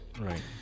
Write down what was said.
Right